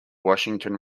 washington